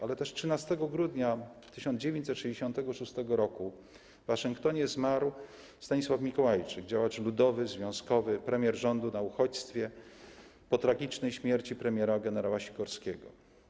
Ale też 13 grudnia 1966 r. w Waszyngtonie zmarł Stanisław Mikołajczyk, działacz ludowy, związkowy, premier rządu na uchodźstwie po tragicznej śmierci gen. Sikorskiego.